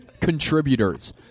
Contributors